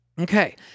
Okay